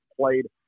played